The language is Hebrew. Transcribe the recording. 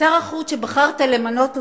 שר החוץ שבחרת למנות אותו,